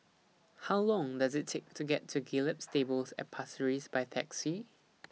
How Long Does IT Take to get to Gallop Stables At Pasir Ris By Taxi